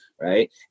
Right